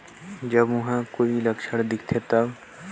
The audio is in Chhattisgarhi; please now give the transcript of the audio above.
हमला कीटनाशक के सही मात्रा कौन हे अउ कब फसल मे उपयोग कर सकत हन?